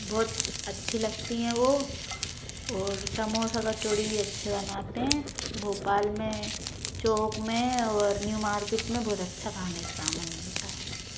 बहुत अच्छी लगती हैं वो और समोसा कचोड़ी भी अच्छे बनाते हैं भोपाल में चौक में और न्यूमार्किट में बहुत अच्छा खाने का सामन मिलता है